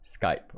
skype